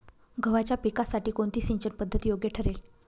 गव्हाच्या पिकासाठी कोणती सिंचन पद्धत योग्य ठरेल?